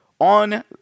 on